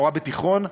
מורה בתיכון: